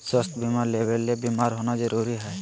स्वास्थ्य बीमा लेबे ले बीमार होना जरूरी हय?